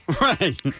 Right